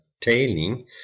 tailing